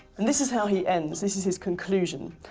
and this is how he ends, this is his conclusion.